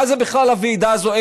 מה זה בכלל הוועידה הזו,